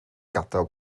gadael